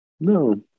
No